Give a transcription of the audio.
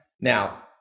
Now